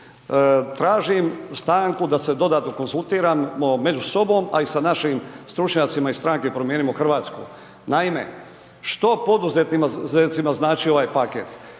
Tražim stanku da se dodatno konzultiramo među sobom, a i sa našim stručnjacima iz stranke Promijenimo Hrvatsku. Naime, što poduzetnicima znači ovaj paket?